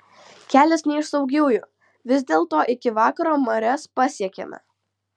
kelias ne iš saugiųjų vis dėlto iki vakaro marias pasiekėme